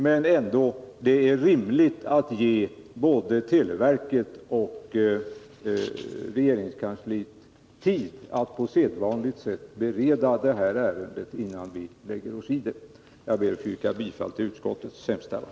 Det är emellertid rimligt att vi ger både televerket och regeringskansliet tid att på sedvanligt sätt bereda detta ärende, innan vi lägger oss i. Jag ber att få yrka bifall till utskottets hemställan.